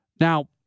Now